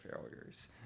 failures